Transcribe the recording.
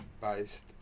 based